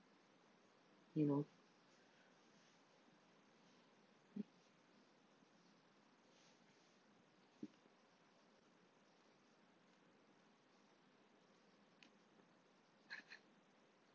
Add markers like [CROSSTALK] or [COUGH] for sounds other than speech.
you know [LAUGHS]